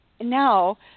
Now